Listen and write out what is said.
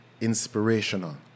inspirational